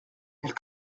elle